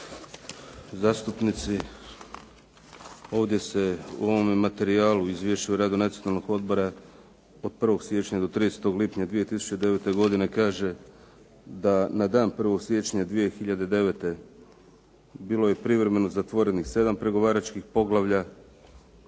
gospodo zastupnici. Ovdje se u ovome materijalu u Izvješću o radu Nacionalnog odbora od 1. siječnja do 30. lipnja 2009. godine kaže da na dan 1. siječnja 2009. bilo je privremeno zatvorenih 7 pregovaračkih poglavlja,